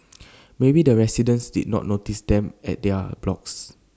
maybe the residents did not notice them at their blocks